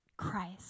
Christ